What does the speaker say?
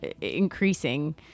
increasing